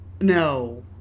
no